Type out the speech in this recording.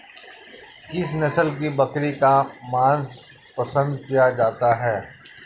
किस नस्ल की बकरी का मांस पसंद किया जाता है?